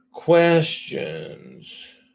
questions